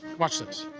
watch this.